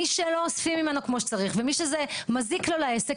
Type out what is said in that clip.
מי שלא אוספים ממנו כמו שצריך ומי שזה מזיק לו לעסק,